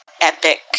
epic